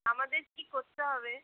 আমাদের কি করতে হবে